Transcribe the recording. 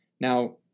Now